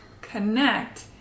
connect